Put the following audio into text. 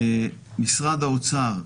משרד האוצר,